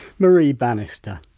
whitemarie bannister.